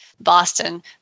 Boston